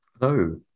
Hello